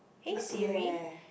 not yet